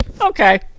Okay